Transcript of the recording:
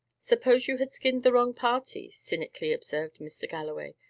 suppose you had skinned the wrong party? cynically observed mr. galloway.